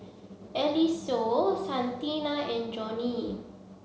Eliseo Santina and Jonnie